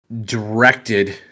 directed